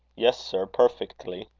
yes, sir perfectly.